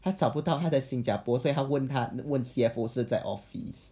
还找不到他在新加坡所以他问他问 C_F_O 是在 office